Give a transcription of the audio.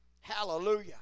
Hallelujah